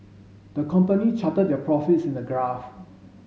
the company charted their profits in the graph